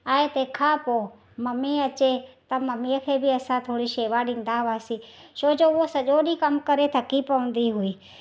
ऐं तंहिंखां पोइ मम्मी अचे मम्मी त मम्मीअ खे बि असां थोरी शेवा ॾींदा हुआसीं छो जो उहो सॼो ॾींहुं कमु करे थकी पवंदी हुई